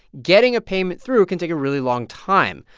getting a payment through can take a really long time.